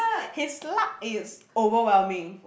his luck is overwhelming